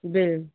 bill